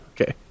Okay